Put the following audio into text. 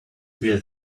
build